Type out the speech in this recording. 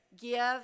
Give